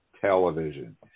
television